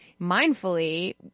mindfully